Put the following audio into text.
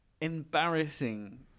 Embarrassing